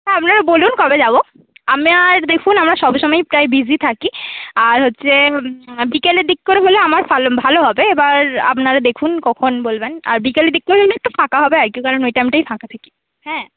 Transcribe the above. হ্যাঁ আপনারা বলুন কবে যাব আমার দেখুন আমার সবসময়েই প্রায় বিজি থাকি আর হচ্ছে বিকেলের দিক করে হলে আমার ভালো ভালো হবে এবার আপনারা দেখুন কখন বলবেন আর বিকেলের দিক করে হলে একটু ফাঁকা হবে আরেকটু কারণ ওই টাইমটাই ফাঁকা থাকি হ্যাঁ